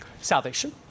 Salvation